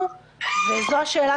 כמו נושא של חדשנות,